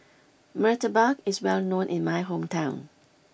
Murtabak is well known in my hometown